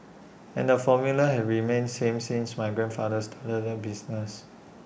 and the formula has remained same since my grandfather started the business